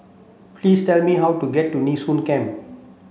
please tell me how to get to Nee Soon Camp